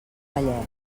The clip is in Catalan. vallès